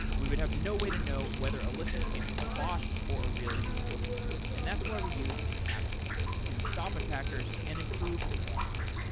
we have no way to know whether a listen came from a bot or a real user and that's why we use incapsula to stop attackers and improve performance.